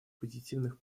позитивных